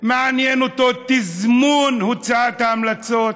מעניין אותו תזמון הוצאת ההמלצות.